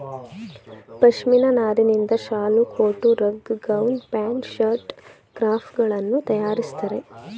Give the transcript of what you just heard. ಪಶ್ಮಿನ ನಾರಿನಿಂದ ಶಾಲು, coat, rug, gown, pant, shirt, scarf ಗಳನ್ನು ತರಯಾರಿಸ್ತರೆ